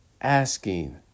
asking